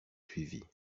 suivit